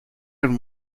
and